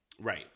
Right